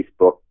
Facebook